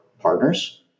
partners